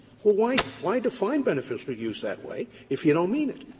well, why why define beneficial use that way if you don't mean it?